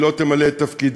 היא לא תמלא את תפקידה,